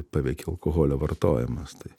paveikė alkoholio vartojimas tai